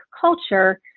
culture